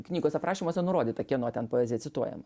knygos aprašymuose nurodyta kieno ten poezija cituojama